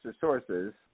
sources